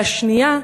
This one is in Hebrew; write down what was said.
והשנייה,